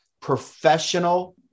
professional